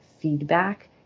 feedback